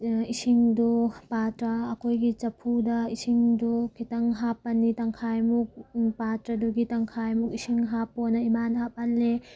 ꯏꯁꯤꯡꯗꯣ ꯄꯥꯠꯇ꯭ꯔ ꯑꯩꯈꯣꯏꯒꯤ ꯆꯐꯨꯗ ꯏꯁꯤꯡꯗꯣ ꯈꯤꯇꯪ ꯍꯥꯞꯄꯅꯤ ꯇꯪꯈꯥꯏꯃꯨꯛ ꯄꯥꯠꯇ꯭ꯔꯗꯨꯒꯤ ꯇꯪꯈꯥꯏꯃꯨꯛ ꯏꯁꯤꯡ ꯍꯥꯞꯄꯣꯅ ꯏꯃꯥꯅ ꯍꯥꯞꯍꯜꯂꯦ